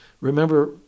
Remember